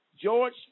George